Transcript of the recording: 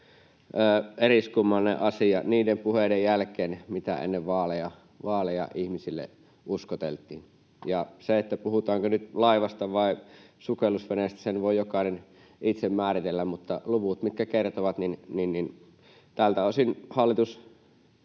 eriskummallinen asia niiden puheiden jälkeen, mitä ennen vaaleja ihmisille uskoteltiin. Sen, puhutaanko nyt laivasta vai sukellusveneestä, voi jokainen itse määritellä, mutta luvut kertovat, että tältä osin hallitus